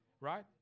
right